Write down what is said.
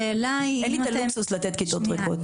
אין לי את הלוקסוס לתת כיתות ריקות.